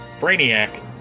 Brainiac